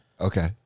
Okay